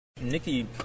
Nikki